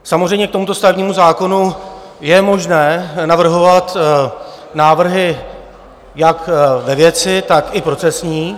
Samozřejmě, k tomuto stavebnímu zákonu je možné navrhovat návrhy jak ve věci, tak procesní.